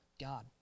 God